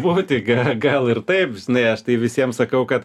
būti gal gal ir taip žinai aš tai visiems sakau kad